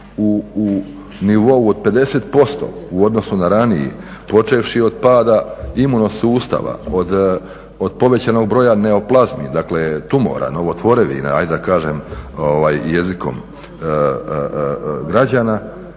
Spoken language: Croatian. u nivou od 50% u odnosu na raniji, počevši od pada imuno sustava, od povećanog broja neoplazmi, dakle tumora, novo tvorevina, ajmo da kažem jezikom građana,